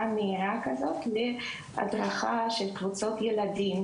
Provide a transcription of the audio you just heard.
מהירה כזו להדרכה של קבוצות ילדים,